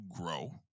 grow